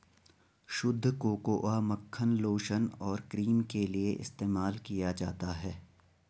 शुद्ध कोकोआ मक्खन लोशन और क्रीम के लिए इस्तेमाल किया जाता है